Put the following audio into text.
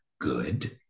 good